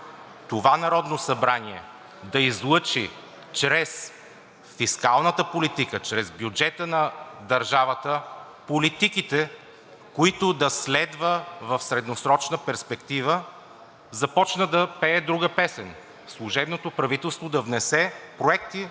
това Народното събрание да излъчи чрез фискалната политика, чрез бюджета на държавата политиките, които да следва в средносрочна перспектива, започна да пее друга песен – служебното правителство да внесе проекти